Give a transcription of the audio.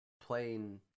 playing